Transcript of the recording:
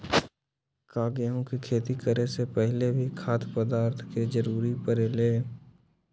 का गेहूं के खेती करे से पहले भी खाद्य पदार्थ के जरूरी परे ले?